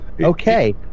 Okay